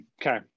Okay